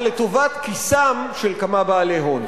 אבל, לטובת כיסם של כמה בעלי הון.